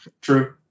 True